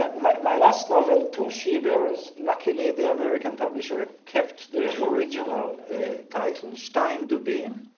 ah my my last novel two she bears. luckily the american publisher ah kept the original title shtaim dubim